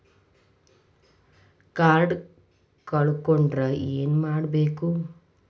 Card ಕಳ್ಕೊಂಡ್ರ ಏನ್ ಮಾಡಬೇಕು?